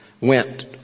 went